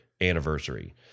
anniversary